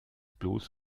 bloß